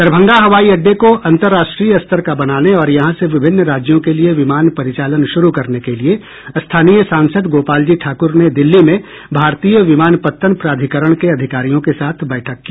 दरभंगा हवाई अड़डे को अंतर्राष्ट्रीय स्तर का बनाने और यहां से विभिन्न राज्यों के लिये विमान परिचालन शुरू करने के लिये स्थानीय सांसद गोपालजी ठाकुर ने दिल्ली में भारतीय विमानपत्तन प्राधिकरण के अधिकरियों के साथ बैठक की